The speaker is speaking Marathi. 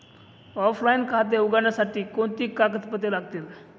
ऑफलाइन खाते उघडण्यासाठी कोणती कागदपत्रे लागतील?